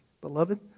Beloved